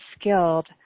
skilled